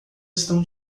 estão